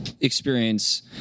experience